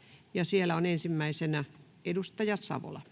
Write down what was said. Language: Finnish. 20.6.2023 Time: 12:24 Content: